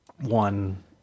one